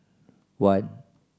one